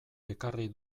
ekarri